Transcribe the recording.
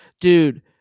dude